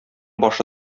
башы